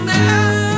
now